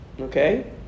okay